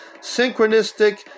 synchronistic